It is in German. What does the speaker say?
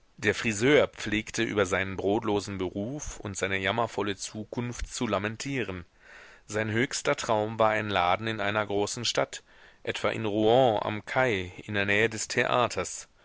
der friseur pflegte über seinen brotlosen beruf und seine jammervolle zukunft zu lamentieren sein höchster traum war ein laden in einer großen stadt etwa in rouen am kai in der nähe des theaters